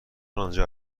آنجا